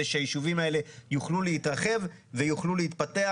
שהישובים האלה יוכלו להתרחב ויוכלו להתפתח,